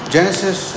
Genesis